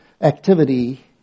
activity